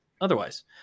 otherwise